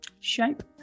Shape